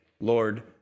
Lord